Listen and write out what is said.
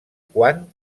quant